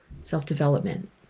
self-development